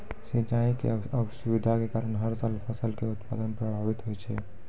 सिंचाई के असुविधा के कारण हर साल फसल के उत्पादन प्रभावित होय छै